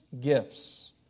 Gifts